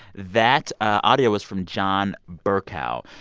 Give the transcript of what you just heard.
that audio was from john bercow.